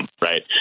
right